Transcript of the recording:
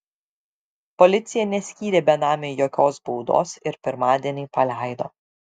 policija neskyrė benamiui jokios baudos ir pirmadienį paleido